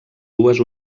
dues